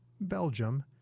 Belgium